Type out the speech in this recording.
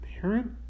parent